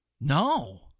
No